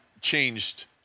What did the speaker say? changed